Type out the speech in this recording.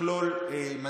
הוא יכלול מנגנון,